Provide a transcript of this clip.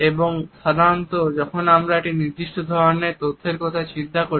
এবং সাধারণত যখন আমরা একটি নির্দিষ্ট ধরনের তথ্যের কথা চিন্তা করি